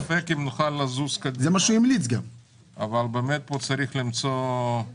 ספק אם נוכל לזוז קדימה, אבל צריך למצוא פה את